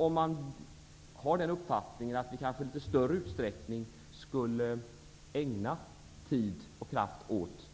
Om man har uppfattningen att vi i kanske litet större utsträckning skulle ägna tid och kraft åt